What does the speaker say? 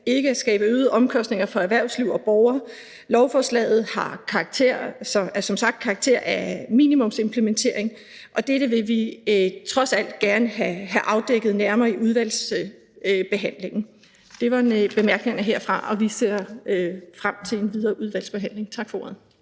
ikke at skabe øgede omkostninger for erhvervsliv og borgere. Lovforslaget har som sagt karakter af minimumsimplementering, og dette vil vi trods alt gerne have afdækket nærmere i udvalgsbehandlingen. Det var bemærkningerne herfra, og vi ser frem til en videre udvalgsbehandling. Tak for ordet.